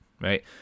right